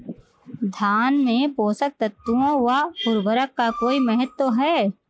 धान में पोषक तत्वों व उर्वरक का कोई महत्व है?